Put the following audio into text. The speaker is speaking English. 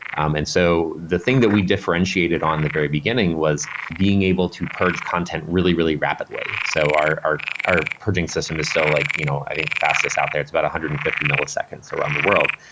um and so the thing that we differentiated on the very beginning was being able to purge content really, really rapidly. so our our our purging system is still like you know i think the fastest out there. it's about one hundred and fifty milliseconds around the world,